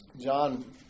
John